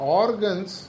organs